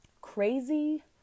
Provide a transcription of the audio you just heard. Crazy